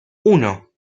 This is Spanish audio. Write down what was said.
uno